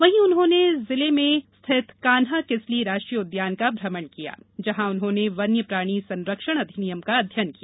वहीं उन्होंने जिले में स्थित कान्हा किसली राष्ट्रीय उद्यान का भ्रमण किया जहां उन्होंने वन्य प्राणी संरक्षण अधिनियम का अध्ययन किया